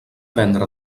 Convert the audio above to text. prendre